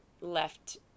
left